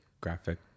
graphic